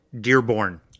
Dearborn